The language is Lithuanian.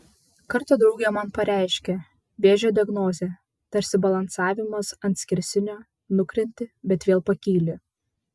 kartą draugė man pareiškė vėžio diagnozė tarsi balansavimas ant skersinio nukrenti bet vėl pakyli